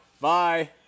Bye